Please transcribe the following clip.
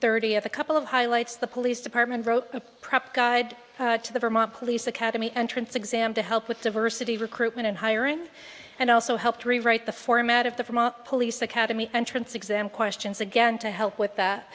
thirtieth a couple of highlights the police department wrote a prep guide to the vermont police academy entrance exam to help with diversity recruitment and hiring and also helped rewrite the format of the from up police academy entrance exam questions again to help with that